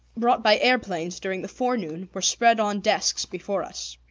brought by airplanes during the forenoon, were spread on desks before us.